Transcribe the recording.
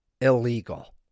illegal